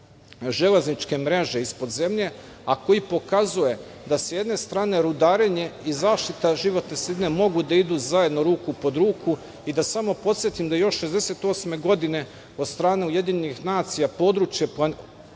železničke mreže ispod zemlje, a koji pokazuje da sa jedne strane rudarenje i zaštita životne sredine mogu da idu zajedno ruku pod ruku i da samo podsetim da još 1968. godine, od strane UN, područje